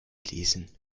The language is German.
lesen